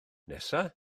nesaf